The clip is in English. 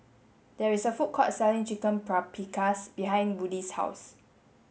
there is a food court selling Chicken Paprikas behind Woodie's house